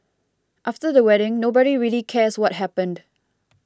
after the wedding nobody really cares what happened